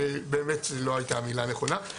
באמת לא הייתה המילה הנכונה.